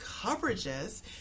coverages